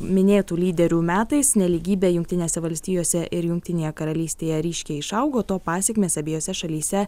minėtų lyderių metais nelygybė jungtinėse valstijose ir jungtinėje karalystėje ryškiai išaugo to pasekmės abiejose šalyse